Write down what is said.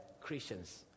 Christians